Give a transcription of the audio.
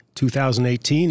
2018